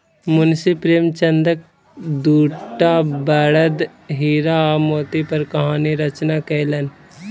मुंशी प्रेमचंदक दूटा बड़द हीरा आ मोती पर कहानी रचना कयलैन